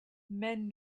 men